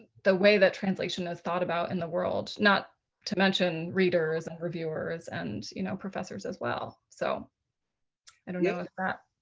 way that translation is thought about in the world. not to mention readers and reviewers and you know professors as well. so i don't know that